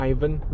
Ivan